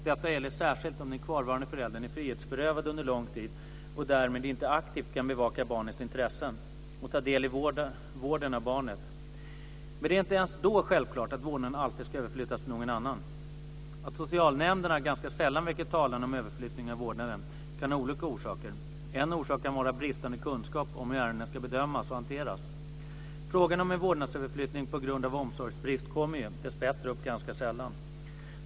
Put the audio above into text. Detta gäller särskilt om den kvarvarande föräldern är frihetsberövad under lång tid och därmed inte aktivt kan bevaka barnets intressen och ta del i vården av barnet. Men det är inte ens då självklart att vårdnaden alltid ska överflyttas till någon annan. Att socialnämnderna ganska sällan väcker talan om överflyttning av vårdnaden kan ha olika orsaker. En orsak kan vara bristande kunskap om hur ärendena ska bedömas och hanteras. Frågan om en vårdnadsöverflyttning på grund av omsorgsbrist kommer ju, dessbättre, upp ganska sällan.